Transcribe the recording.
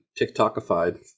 TikTokified